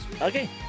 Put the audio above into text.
Okay